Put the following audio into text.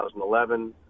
2011